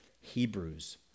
Hebrews